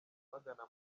bagana